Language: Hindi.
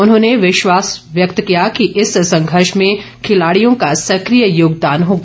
उन्होंने विश्वास व्यक्त किया कि इस संघर्ष में खिलाडियों का सक्रिय योगदान होगा